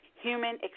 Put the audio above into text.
human